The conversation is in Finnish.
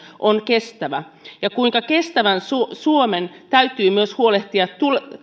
on kestävä ja kuinka kestävän suomen suomen täytyy myös huolehtia